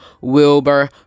wilbur